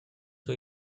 hoy